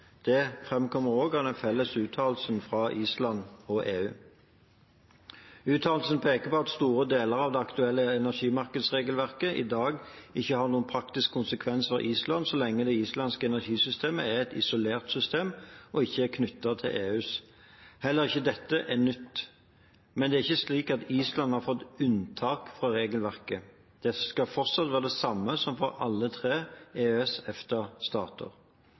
av den felles uttalelsen fra Island og EU. Uttalelsen peker på at store deler av det aktuelle energimarkedsregelverket i dag ikke har noen praktisk konsekvens for Island så lenge det islandske energisystemet er et isolert system og ikke er knyttet til EUs. Heller ikke dette er nytt. Men det er ikke slik at Island har fått unntak fra regelverket. Det skal fortsatt være det samme som for alle de tre